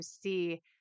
see